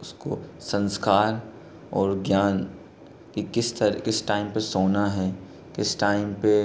उसको संस्कार और ज्ञान की किस किस टाइम पे सोना है किस टाइम पे